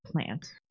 Plant